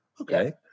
Okay